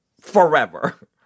forever